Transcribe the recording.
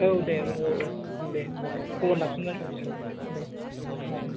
औ दे औ औ दे होनबालाय खबर लाफिनबानो जाबाय औ दे औ